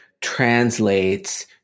translates